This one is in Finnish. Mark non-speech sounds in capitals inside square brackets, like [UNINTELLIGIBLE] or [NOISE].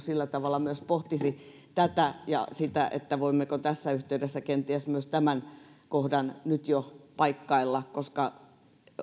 [UNINTELLIGIBLE] sillä tavalla myös pohtisi tätä ja sitä voimmeko tässä yhteydessä kenties myös tämän kohdan nyt jo paikkailla